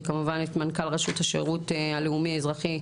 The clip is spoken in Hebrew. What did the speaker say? וכמובן את מנכ"ל רשות השירות הלאומי אזרחי,